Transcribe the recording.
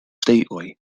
stately